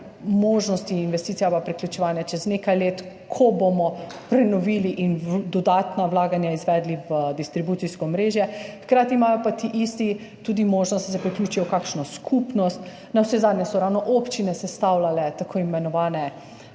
možnosti investicij ali pa priključevanja čez nekaj let, ko bomo prenovili in dodatna vlaganja izvedli v distribucijsko omrežje, hkrati imajo pa ti isti tudi možnost, da se priključijo v kakšno skupnost. Navsezadnje so ravno občine sestavljale tako imenovane